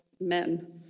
men